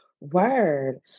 Word